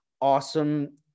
Awesome